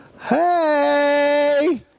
hey